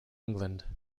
england